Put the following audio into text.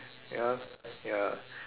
ya ya